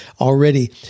already